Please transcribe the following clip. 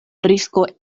risko